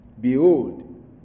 Behold